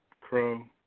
Crow